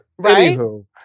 Anywho